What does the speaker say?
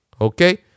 okay